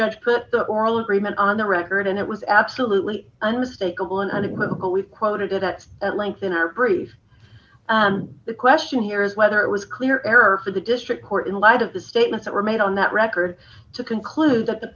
judge put the oral agreement on the record and it was absolutely unmistakable and unequivocal we've quoted that at length in our brief the question here is whether it was clear error for the district court in light of the statements that were made on that record to conclude that the